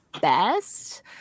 best